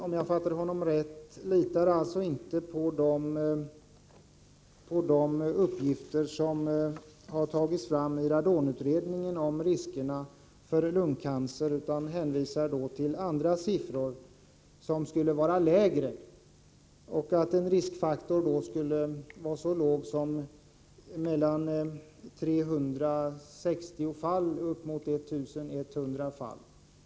Om jag fattade bostadsministern rätt, litar han alltså inte på de uppgifter om riskerna för lungcancer som radonutredningen har tagit fram, utan hänvisar till andra siffror, som är lägre. Enligt bostadsministern skulle antalet ligga mellan 360 och 1 100 fall.